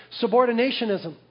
subordinationism